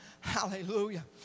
Hallelujah